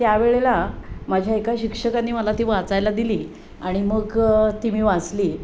त्यावेळेला माझ्या एका शिक्षकांनी मला ती वाचायला दिली आणि मग ती मी वाचली